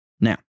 Now